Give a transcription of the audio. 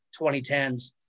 2010s